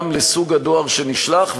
גם לסוג הדואר שנשלח,